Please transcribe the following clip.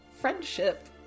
friendship